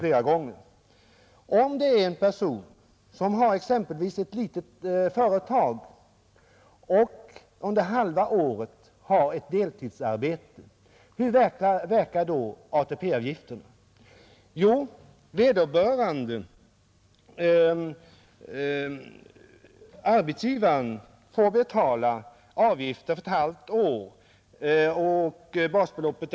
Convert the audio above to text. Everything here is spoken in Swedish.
Om en person äger ett litet företag och under halva året har ett deltidsarbete och av detta har en inkomst på 6 900 kronor hur verkar då ATP-avgiften? Basbeloppet är i dag 6 900 kronor, och det blir alltså 3 450 kronor för halvt år.